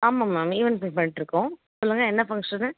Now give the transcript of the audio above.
ஆமா ma'am event பண்ணிகிட்ருக்கோம் சொல்லுங்க என்ன ஃபங்க்ஷனு